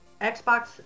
Xbox